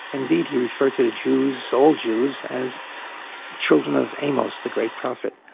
indeed, he referred to to jews, all jews, as children of amos, the great prophet.